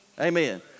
Amen